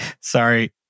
Sorry